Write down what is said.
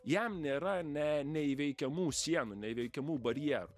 jam nėra ne neįveikiamų sienų neįveikiamų barjerų